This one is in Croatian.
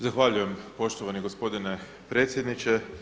Zahvaljujem poštovani gospodine predsjedniče.